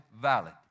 valid